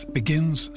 begins